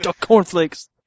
cornflakes